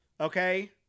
okay